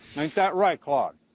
like that right, claude?